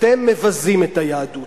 אתם מבזים את היהדות.